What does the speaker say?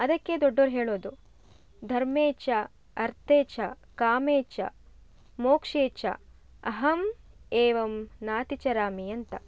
ಅದಕ್ಕೆ ದೊಡ್ಡವವ್ರು ಹೇಳೋದು ಧರ್ಮೇಚ ಅರ್ಥೇಚ ಕಾಮೇಚ ಮೋಕ್ಷೇಚ ಅಹಮ್ ಏವಮ್ ನಾತಿಚರಾಮಿ ಅಂತ